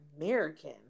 American